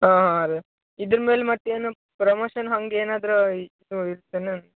ಹಾಂ ಹಾಂ ರೀ ಇದ್ರ ಮೇಲೆ ಮತ್ತೇನು ಪ್ರಮೋಷನ್ ಹಂಗೆ ಏನಾದರೂ ಇತ್ತು ಇತ್ತೇನು